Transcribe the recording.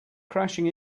crashing